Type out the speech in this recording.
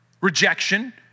rejection